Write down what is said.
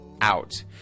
Out